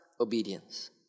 obedience